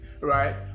right